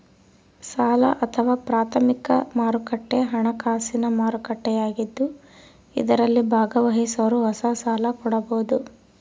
ಸಾಲ ಅಥವಾ ಪ್ರಾಥಮಿಕ ಮಾರುಕಟ್ಟೆ ಹಣಕಾಸಿನ ಮಾರುಕಟ್ಟೆಯಾಗಿದ್ದು ಇದರಲ್ಲಿ ಭಾಗವಹಿಸೋರು ಹೊಸ ಸಾಲ ಕೊಡಬೋದು